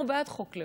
אנחנו בעד חוק לאום.